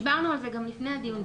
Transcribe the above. דיברנו על זה גם לפני הדיון.